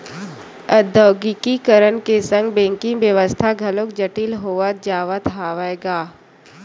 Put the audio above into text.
औद्योगीकरन के संग बेंकिग बेवस्था घलोक जटिल होवत जावत हवय गा